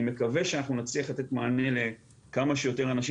מקווה שאנחנו נצליח לתת מענה לכמה שיותר אנשים.